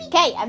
Okay